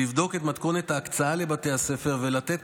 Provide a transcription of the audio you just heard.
לבדוק את מתכונת ההקצאה לבתי הספר ולתת